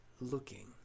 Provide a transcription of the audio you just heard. looking